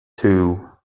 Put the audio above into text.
two